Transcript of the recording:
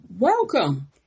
Welcome